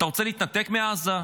אתה רוצה להתנתק מעזה,